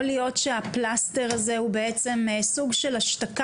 האם יכול להיות שהפלסטר הזה הוא סוג של השתקה